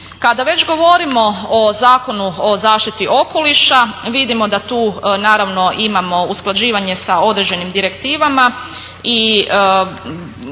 Kada već govorimo o Zakonu o zaštiti okoliša, vidimo da tu naravno imamo usklađivanje sa određenim direktivama i